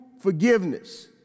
forgiveness